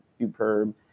superb